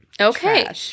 Okay